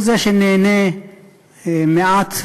הוא זה שנהנה מעט,